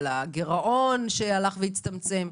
על הגירעון שהלך והצטמצם,